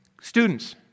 Students